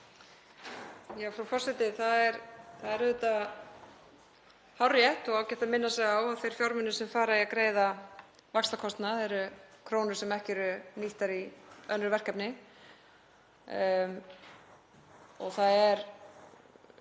Frú forseti. Það er auðvitað hárrétt og ágætt að minna sig á að þeir fjármunir sem fara í að greiða vaxtakostnað eru krónur sem ekki eru nýttar í önnur verkefni. Það er